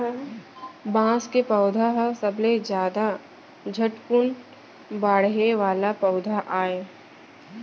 बांस के पउधा ह सबले जादा झटकुन बाड़हे वाला पउधा आय